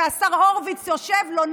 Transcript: והשר הורוביץ יושב לו,